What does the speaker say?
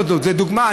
לא, זו דוגמה.